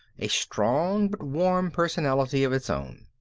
a strong but warm personality of its own.